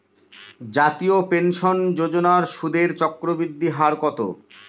জাতীয় পেনশন যোজনার সুদের চক্রবৃদ্ধি হার কত?